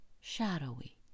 shadowy